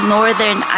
Northern